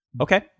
okay